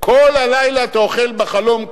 כל הלילה אתה חולם בחלום קנישס,